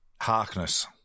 Harkness